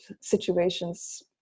situations